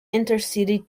intercity